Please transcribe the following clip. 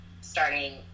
starting